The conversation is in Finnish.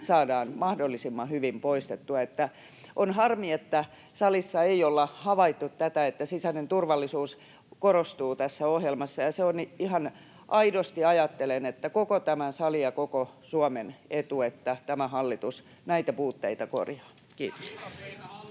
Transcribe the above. saadaan mahdollisimman hyvin poistettua. On harmi, että salissa ei olla havaittu tätä, että sisäinen turvallisuus korostuu tässä ohjelmassa. Se on — ihan aidosti ajattelen — koko tämän salin ja koko Suomen etu, että tämä hallitus näitä puutteita korjaa. — Kiitos.